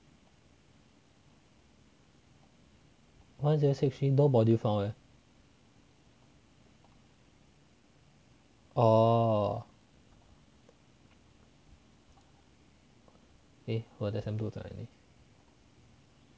one zero six three no module found eh orh eh 我的 sem two 在哪里